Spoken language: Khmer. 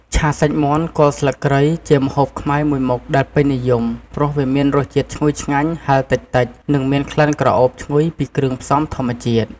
ឆាសាច់មាន់គល់ស្លឹកគ្រៃ ជាម្ហូបខ្មែរមួយមុខដែលពេញនិយម ព្រោះវាមានរសជាតិឈ្ងុយឆ្ងាញ់ ហឹរតិចៗ និងមានក្លិនក្រអូបឈ្ងុយពីគ្រឿងផ្សំធម្មជាតិ។